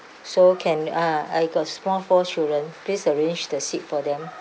so can ah I got small four children please arrange the seat for them